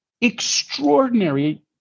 extraordinary